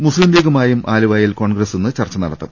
മുസ്ലീം ലീഗുമായും ആലുവായിൽ കോൺഗ്രസ് ഇന്ന് ചർച്ച നട ത്തും